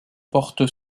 portent